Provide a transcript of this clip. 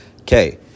Okay